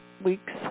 week's